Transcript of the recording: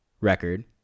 record